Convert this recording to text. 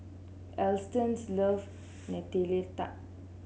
Alston loves Nutella Tart